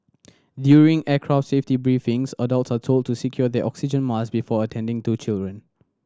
during aircraft safety briefings adult are told to secure their oxygen mask before attending to children